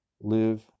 live